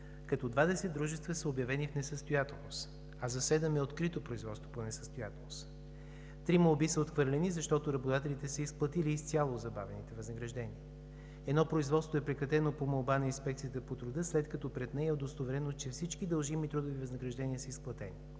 като 20 дружества са обявени в несъстоятелност, а за 7 е открито производство по несъстоятелност. Три молби са отхвърлени, защото работодателите са изплатили изцяло забавените възнаграждения. Едно производство е прекратено по молба на Инспекцията по труда след като пред нея е удостоверено, че всички дължими трудови възнаграждения са изплатени.